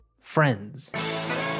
friends